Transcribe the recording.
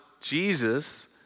Jesus